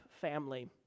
family